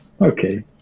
Okay